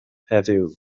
heddiw